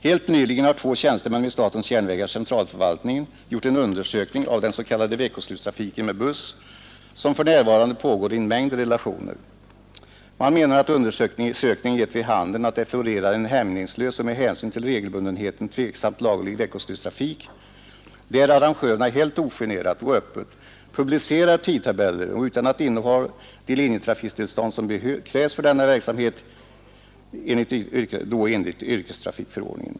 Helt nyligen har två tjänstemän vid statens järnvägars centralförvaltning gjort en undersökning av den s.k. veckoslutstrafiken med buss, som för närvarande pågår i en mängd relationer. Man menar att undersökningen gett vid handen att det florerar en mängd hämningslös och med hänsyn till regelbundenheten tveksamt laglig veckoslutstrafik, där arrangörerna helt ogenerat och öppet publicerar tidtabeller utan att inneha de linjetrafiktillstånd som enligt yrkestrafikförordningen krävs för denna verksamhet.